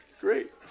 great